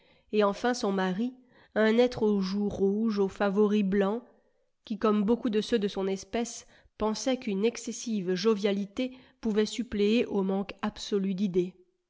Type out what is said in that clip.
et enfin son mari un être aux joues rouges aux favoris blancs qui comme beaucoup de ceux de son espèce pensait qu'une excessive jovialité pouvait suppléer au manque absolu d'idées